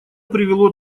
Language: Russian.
привело